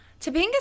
Topanga